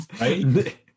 Right